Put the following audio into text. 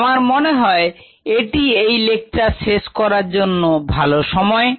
আমার মনে হয় এটি এই লেকচার শেষ করার জন্য ভালো সময়